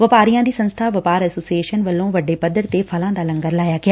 ਵਪਾਰੀਆਂ ਦੀ ਸੰਸਬਾ ਵਪਾਰ ਐਸੋਸੀਏਸ਼ਨ ਵੱਲੋਂ ਵੱਡੇ ਪੱਧਰ ਤੇ ਫਲਾਂ ਦਾ ਲੰਗਰ ਲਗਾਇਆ ਗਿਆ